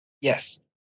Yes